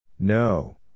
No